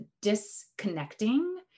disconnecting